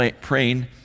praying